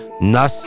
Nas